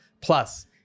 Plus